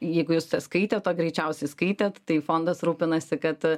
jeigu jūs skaitėt o greičiausiai skaitėt tai fondas rūpinasi kad